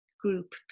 group